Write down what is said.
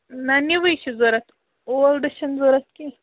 نہَ نِوٕے چھِ ضروٗرت اولڈٕ چھنہٕ ضروٗرت کیٚنٛہہ